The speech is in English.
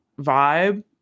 vibe